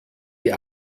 die